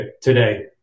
today